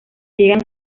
llegan